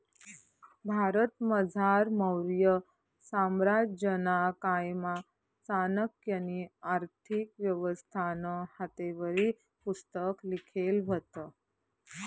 भारतमझार मौर्य साम्राज्यना कायमा चाणक्यनी आर्थिक व्यवस्थानं हातेवरी पुस्तक लिखेल व्हतं